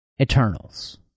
Eternals